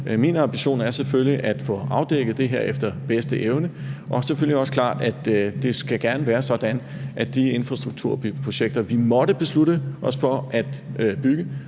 Min ambition er selvfølgelig at få afdækket det her efter bedste evne, og det er også klart, at det gerne skal være sådan, at de infrastrukturprojekter, som vi måtte beslutte os for at bygge